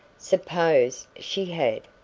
suppose she had?